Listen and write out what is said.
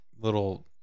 little